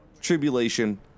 tribulation